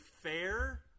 fair